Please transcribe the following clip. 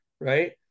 right